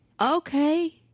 okay